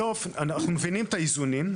אנו מבינים את האיזונים,